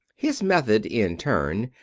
his method, in turn,